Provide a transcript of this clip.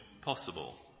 possible